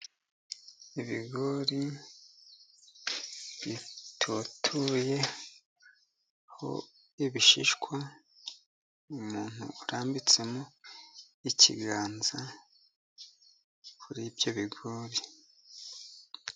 Ibigori bitotoyeho ibishishwa, umuntu arambitsemo ikiganza kuri ibyo bigori.